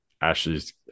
Ashley's